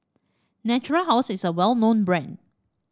Natura House is a well known brand